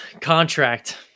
Contract